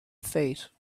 fate